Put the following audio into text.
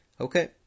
Okay